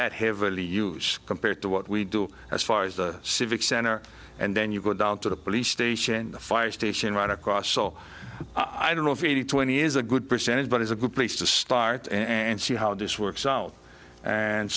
that heavily used compared to what we do as far as the civic center and then you go down to the police station the fire station right across so i don't know if eighty twenty is a good percentage but it's a good place to start and see how this works out and